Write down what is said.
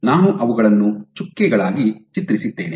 ನಾನು ಅವುಗಳನ್ನು ಚುಕ್ಕೆಗಳಾಗಿ ಚಿತ್ರಿಸಿದ್ದೇನೆ